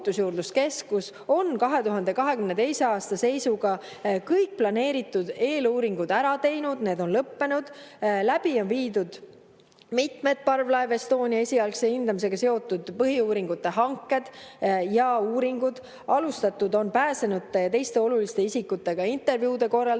on 2022. aasta seisuga kõik planeeritud eeluuringud ära teinud, need on lõppenud. Läbi on viidud mitmed parvlaev Estonia esialgse hindamisega seotud põhiuuringute hanked ja uuringud. Alustatud on pääsenute ja teiste oluliste isikutega intervjuude korraldamist.